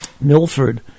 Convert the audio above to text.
Milford